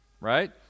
right